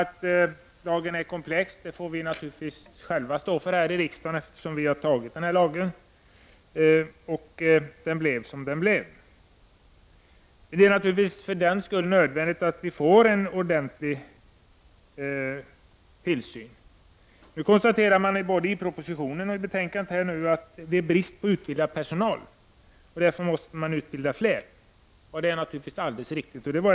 Att lagen är komplex är något som vi här i kammaren får stå för, eftersom vi har antagit den, och den blev som den blev. Men det är naturligtvis för den skull nödvändigt att vi får en ordentlig tillsyn. Nu konstateras både i propositionen och i betänkandet att det råder brist på utbildad personal. Därför måste fler personer utbildas, och det är naturligtvis ett alldeles riktigt konstaterande.